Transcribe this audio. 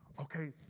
okay